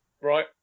Right